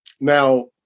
Now